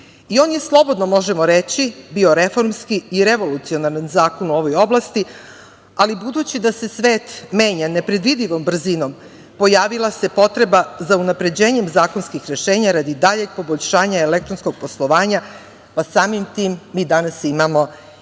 je, slobodno možemo reći, bio reformski i revolucionaran zakon u ovoj oblasti, ali budući da se svet menja nepredvidivom brzinom pojavila se potreba za unapređenjem zakonskih rešenja, radi daljeg poboljšanja elektronskog poslovanja, pa samim tim, mi imamo danas